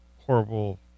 horrible